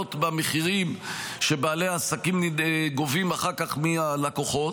מגולגלות למחירים שבעלי העסקים גובים אחר כך מהלקוחות,